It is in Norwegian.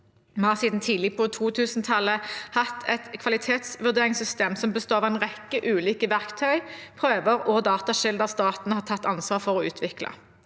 Vi har siden tidlig på 2000-tallet hatt et kvalitetsvurderingssystem som består av en rekke ulike verktøy, prøver og datakilder som staten har tatt ansvar for å utvikle.